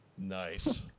Nice